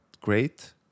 great